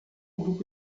grupo